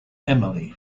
emily